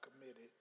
committed